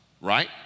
right